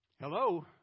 Hello